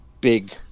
big